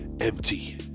empty